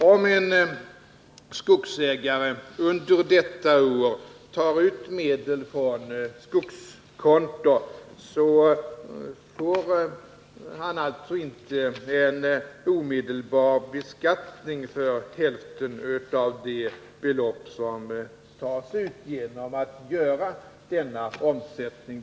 Om en skogsägare under detta år tar ut medel från skogskonto, får han alltså inte omedelbar beskattning för hälften av det belopp som tas ut genom att han gör denna omsättning.